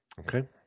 Okay